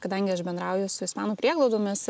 kadangi aš bendrauju su ispanų prieglaudomis